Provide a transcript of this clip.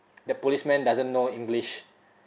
the policeman doesn't know english